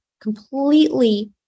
completely